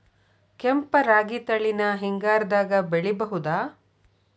ಕೆಂಪ ರಾಗಿ ತಳಿನ ಹಿಂಗಾರದಾಗ ಬೆಳಿಬಹುದ?